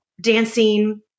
dancing